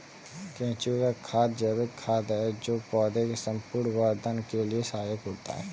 केंचुए का खाद जैविक खाद है जो पौधे के संपूर्ण वर्धन के लिए सहायक होता है